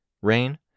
Rain